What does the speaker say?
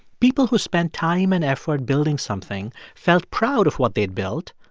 people who spent time and effort building something felt proud of what they had built,